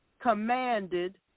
commanded